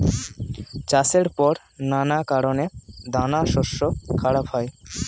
চাষের পর নানা কারণে দানাশস্য খারাপ হয়